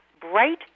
bright